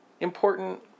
important